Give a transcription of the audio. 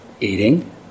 Eating